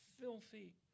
filthy